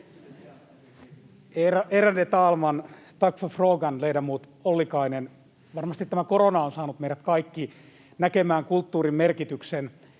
Ärade talman! Tack för frågan, ledamot Ollikainen. Varmasti tämä korona on saanut meidät kaikki näkemään kulttuurin merkityksen